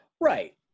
right